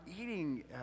eating